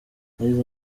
yagize